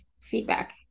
feedback